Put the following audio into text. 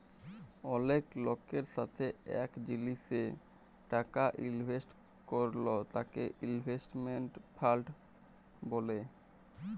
অলেক লকের সাথে এক জিলিসে টাকা ইলভেস্ট করল তাকে ইনভেস্টমেন্ট ফান্ড ব্যলে